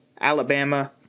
Alabama